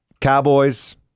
Cowboys